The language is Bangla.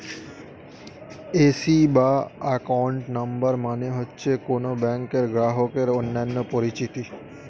এ.সি বা অ্যাকাউন্ট নাম্বার মানে হচ্ছে কোন ব্যাংকের গ্রাহকের অন্যান্য পরিচিতি